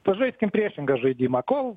pažaiskim priešingą žaidimą kol